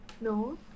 No